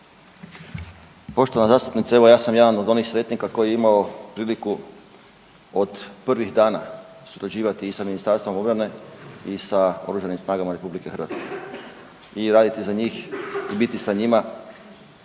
Poštovana zastupnice, evo, ja sam jedan od onih sretnika koji je imao priliku od prvih dana surađivati i sa MORH-om i sa OSRH-om i raditi za njih i biti sa njima